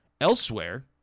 elsewhere